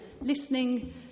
listening